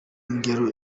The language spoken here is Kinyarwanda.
ngero